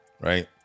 right